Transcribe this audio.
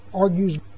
argues